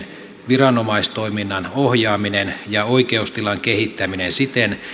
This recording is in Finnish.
viranomaistoiminnan ohjaaminen ja oikeustilan kehittäminen siten